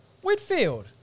Whitfield